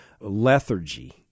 lethargy